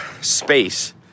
space